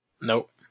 Nope